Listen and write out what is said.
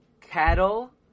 cattle